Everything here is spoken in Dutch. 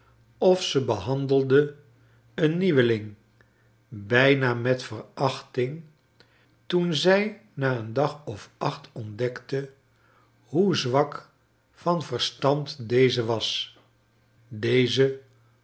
of ze behandelde eennieuweling bijna met verachting toen zij na een dag of acht ontdekte hoe zwak van verstand deze was deze